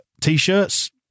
T-shirts